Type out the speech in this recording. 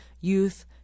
youth